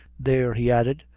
there, he added,